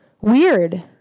weird